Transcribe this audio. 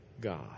God